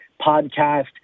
podcast